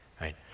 right